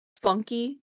funky